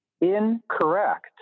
Incorrect